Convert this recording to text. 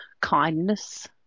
kindness